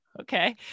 Okay